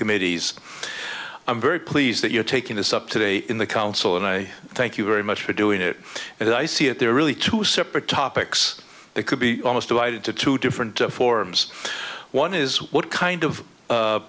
committees i'm very pleased that you're taking this up today in the council and i thank you very much for doing it and i see it there are really two separate topics they could be almost divide into two different forms one is what kind of